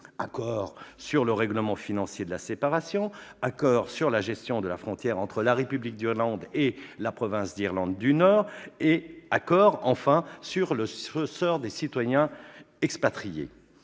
accord sur le règlement financier de la séparation, accord sur la gestion de la frontière entre la République d'Irlande et la province d'Irlande du Nord et accord, enfin, sur le sort des citoyens expatriés